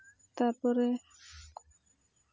ᱛᱟᱨᱯᱚᱨᱮ